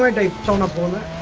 and unabomber